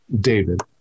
David